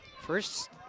First